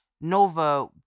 Nova